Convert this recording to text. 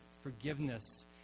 forgiveness